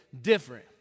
different